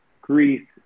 Greece